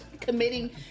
committing